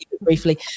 briefly